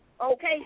okay